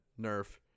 Nerf